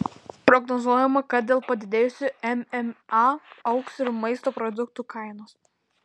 prognozuojama kad dėl padidėjusio mma augs ir maisto produktų kainos